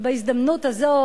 ובהזדמנות הזו,